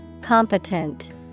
Competent